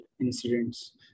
incidents